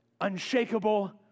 unshakable